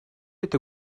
эта